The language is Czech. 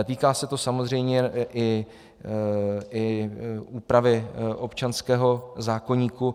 Týká se to samozřejmě i úpravy občanského zákoníku.